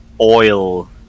oil